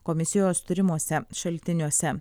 komisijos turimuose šaltiniuose